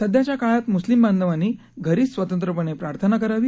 सध्याच्या काळात मुस्लिम बांधवांनी घरीच स्वतंत्रपणे प्रार्थना करावी